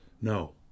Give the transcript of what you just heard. No